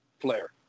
Flair